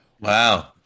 Wow